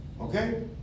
okay